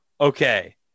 okay